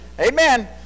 Amen